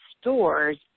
stores